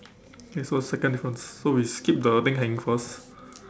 oh so second difference so we skip the thing hanging first